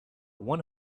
one